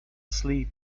sleep